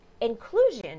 Inclusion